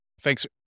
Thanks